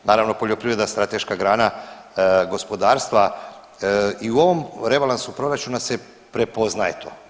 Naravno poljoprivreda strateška grana gospodarstva i u ovom rebalansu proračuna se prepoznaje to.